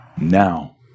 now